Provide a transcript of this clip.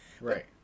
Right